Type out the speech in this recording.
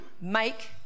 make